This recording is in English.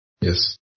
Yes